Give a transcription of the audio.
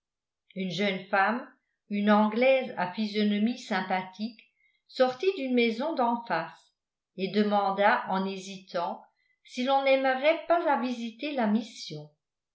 une jeune femme une anglaise à physionomie sympathique sortit d'une maison d'en face et demanda en hésitant si l'on n'aimerait pas à visiter la mission